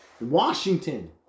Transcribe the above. Washington